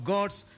God's